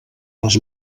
les